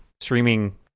streaming